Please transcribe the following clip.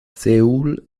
seoul